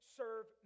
serve